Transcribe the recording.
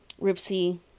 Ripsy